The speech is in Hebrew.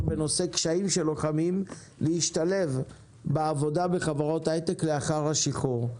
בנושא קשיים של לוחמים להשתלב בעבודה בחברות הייטק לאחר השחרור.